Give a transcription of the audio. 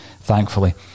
thankfully